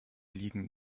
liegen